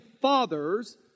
fathers